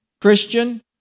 Christian